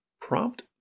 prompt